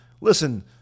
listen